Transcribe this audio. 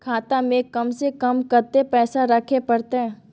खाता में कम से कम कत्ते पैसा रखे परतै?